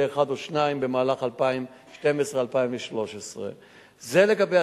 כלא אחד או שניים במהלך 2012 2013. זה לגבי